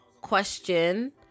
question